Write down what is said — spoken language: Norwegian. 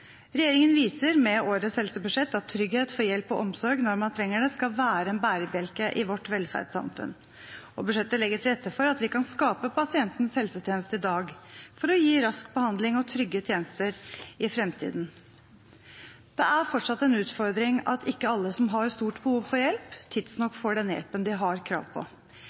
Regjeringen viser med årets helsebudsjett at trygghet for hjelp og omsorg når man trenger det, skal være en bærebjelke i vårt velferdssamfunn. Budsjettet legger til rette for at vi kan skape pasientens helsetjeneste i dag, for å gi rask behandling og trygge helsetjenester i framtiden. Det er fortsatt en utfordring at ikke alle som har stort behov for hjelp, tidsnok får den hjelpen de har krav på.